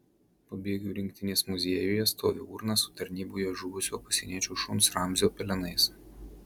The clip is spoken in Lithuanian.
pabėgių rinktinės muziejuje stovi urna su tarnyboje žuvusio pasieniečių šuns ramzio pelenais